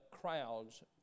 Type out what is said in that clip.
crowds